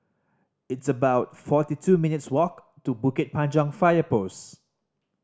it's about forty two minutes' walk to Bukit Panjang Fire Post